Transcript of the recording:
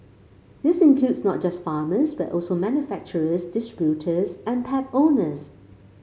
this includes not just farmers but also manufacturers distributors and pet owners